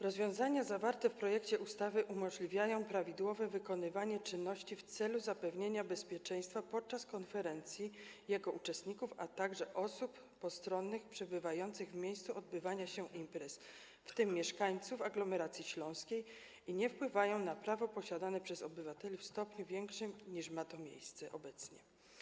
Rozwiązania zawarte w projekcie ustawy umożliwiają prawidłowe wykonywanie czynności w celu zapewnienia podczas konferencji bezpieczeństwa jej uczestnikom, a także osobom postronnym przebywającym w miejscu odbywania się imprez, w tym mieszkańcom aglomeracji śląskiej, i nie wpływają na prawa posiadane przez obywateli w stopniu większym, niż ma to miejsce obecnie.